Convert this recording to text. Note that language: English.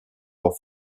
are